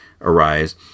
arise